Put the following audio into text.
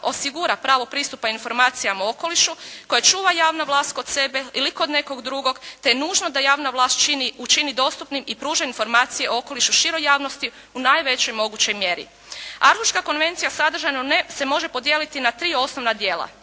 osigura pravo pristupa informacijama o okolišu koje čuva javna vlast kod sebe ili kod nekog drugog te je nužno da javna vlast učiniti dostupnim i pruža informacije o okolišu široj javnosti u najvećoj mogućoj mjeri. Arhuška konvencija sadržajno se može podijeliti na tri osnovna dijela,